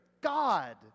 God